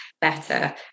better